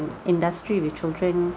industry with children